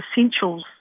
essentials